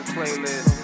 Playlist